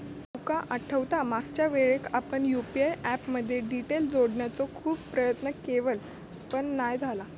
तुका आठवता मागच्यावेळेक आपण यु.पी.आय ऍप मध्ये डिटेल जोडण्याचो खूप प्रयत्न केवल पण नाय झाला